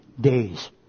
days